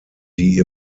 die